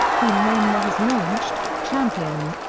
queen rania has launched, championed,